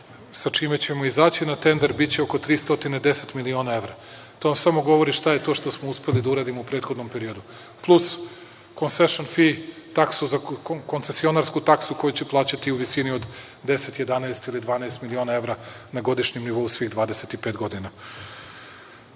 sa njime ćemo izaći na tender, biće oko 310 miliona evra. To vam samo govori šta je to što smo uspeli da uradimo u prethodnom periodu plus „konsešs fi“ taksu, koncensionarsku taksu koju će plaćati u visini od 10, 11, 12 miliona evra na godišnjem nivou svih 25 godina. To